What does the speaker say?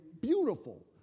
beautiful